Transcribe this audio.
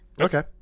Okay